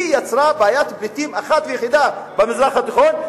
היא יצרה בעיית פליטים אחת ויחידה במזרח התיכון,